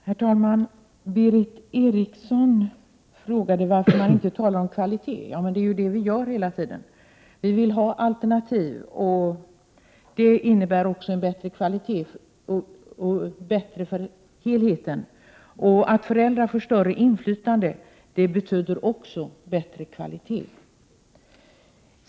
Herr talman! Berith Eriksson frågade varför vi inte talar om kvalitet. Men det är vad vi hela tiden gör. Vi vill ha alternativ, och det innebär också en bättre kvalitet och är bättre för helheten. Att föräldrar får större inflytande betyder också bättre kvalitet.